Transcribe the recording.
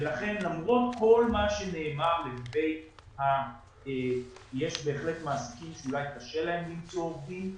ולכן למרות כל מה שנאמר יש בהחלט מעסיקים שאולי קשה להם למצוא עובדים,